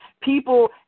People